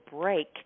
break